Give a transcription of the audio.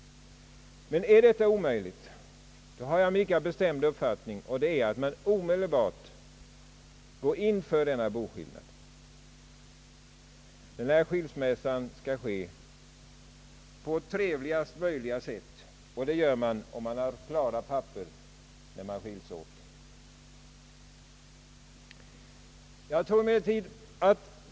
Men om detta är omöjligt har jag den bestämda uppfattningen att vi omedelbart bör gå in för ett boskifte. Den här skilsmässan skall ske på trevligaste möjliga sätt, och det blir fallet om det föreligger klara papper när man skils åt.